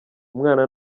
umwana